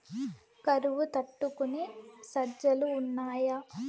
కరువు తట్టుకునే సజ్జలు ఉన్నాయా